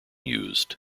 used